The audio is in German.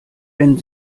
wenn